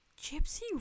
gypsy